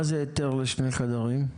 מה זה היתר לשני חדרים?